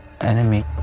enemy